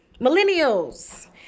millennials